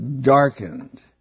darkened